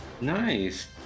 Nice